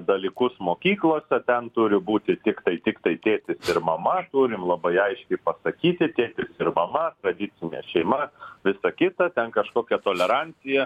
dalykus mokyklose ten turi būti tiktai tiktai tėtis ir mama turim labai aiškiai pasakyti tėtis ir mama tradicinė šeima visa kita ten kažkokia tolerancija